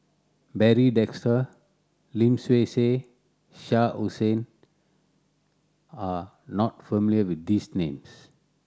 Barry Desker Lim Swee Say Shah Hussain are not familiar with these names